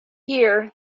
here